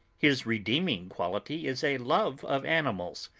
his redeeming quality is a love of animals,